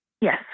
Yes